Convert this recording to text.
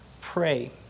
pray